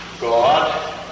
God